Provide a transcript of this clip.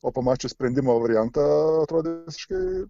o pamačius sprendimo variantą atrodė visiškai